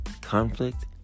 conflict